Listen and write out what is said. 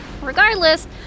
regardless